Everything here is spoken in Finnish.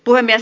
puhemies